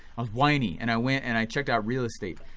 i was whiny and i went and i checked out real estate.